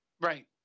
Right